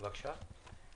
בבקשה.